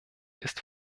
ist